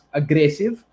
aggressive